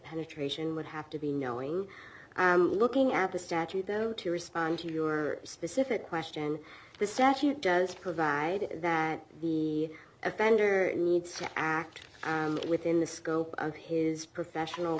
penetration would have to be knowing and looking at the statute to respond to your specific question this statute does provide that the offender needs to act within the scope of his professional